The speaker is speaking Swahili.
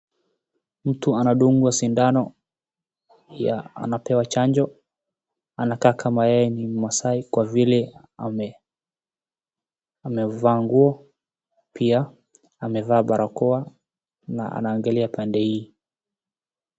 Mtu anadungwa sindano, pia anapewa chanjo, anakaa kama yeye ni maasai kwa vile amevaa nguo, pia amevaa barakoa na anaangalia pande hii.